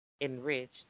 enriched